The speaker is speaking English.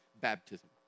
baptism